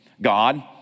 God